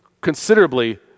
considerably